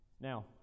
Now